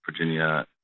virginia